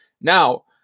Now